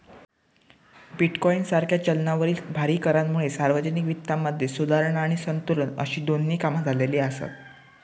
bitcoin सारख्या चलनावरील भारी करांमुळे सार्वजनिक वित्तामध्ये सुधारणा आणि संतुलन अशी दोन्ही कामा झालेली आसत